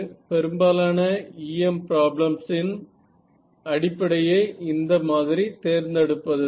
பெரும்பாலான EM problems இன் அடிப்படையே இந்த மாதிரி தேர்ந்தெடுப்பதுதான்